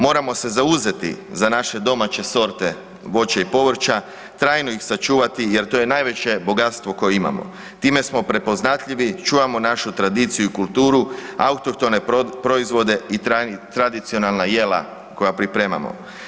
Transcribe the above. Moramo se zauzeti za naše domaće sorte voća i povrća, trajno ih sačuvati jer to je najveće bogatstvo koje imamo, time smo prepoznatljivi, čuvamo našu tradiciju i kulturu, autohtone proizvode i tradicionalna jela koja pripremamo.